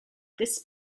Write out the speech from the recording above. this